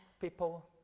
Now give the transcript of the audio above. people